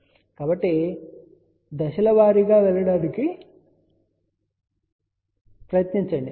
కాబట్టి దశలో వారీగా వెళ్ళడానికి ప్రయత్నించండి